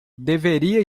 deveria